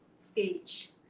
stage